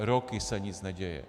Roky se nic neděje.